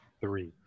three